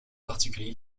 particulier